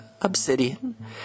Obsidian